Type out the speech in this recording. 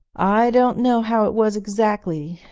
i don't know how it was exactly,